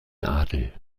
adel